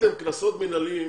עשיתם קנסות מינהליים